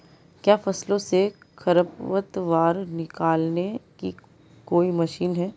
क्या फसलों से खरपतवार निकालने की कोई मशीन है?